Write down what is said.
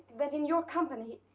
that in your company.